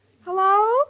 Hello